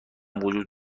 وجود